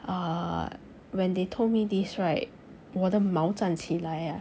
uh when they told me this right 我的毛站起来 ah